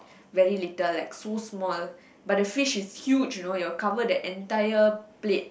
very little like so small but the fish is huge you know it'll cover the entire plate